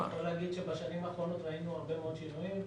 אני יכול להגיד שבשנים האחרונות ראינו הרבה מאוד שינויים.